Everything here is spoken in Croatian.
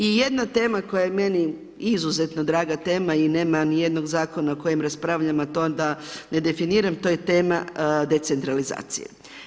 I jedna tema koja je meni draga tema i nema ni jednog zakona o kojem raspravljamo, a to onda ne definiram to je tema decentralizacije.